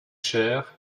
cher